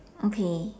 okay